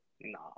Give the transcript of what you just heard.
Nah